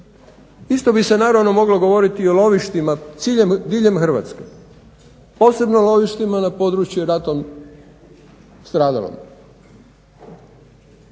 Isto bi se naravno moglo govoriti i o lovištima diljem Hrvatske. Posebno o lovištima na području ratom stradalom